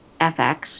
FX